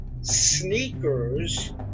Sneakers